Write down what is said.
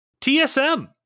TSM